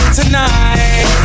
tonight